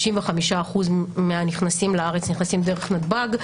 95% מהנכנסים לארץ נכנסים דרך נתב"ג,